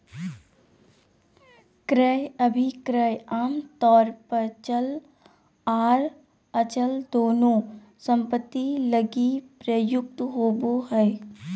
क्रय अभिक्रय आमतौर पर चल आर अचल दोनों सम्पत्ति लगी प्रयुक्त होबो हय